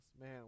man